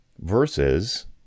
versus